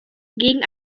gegen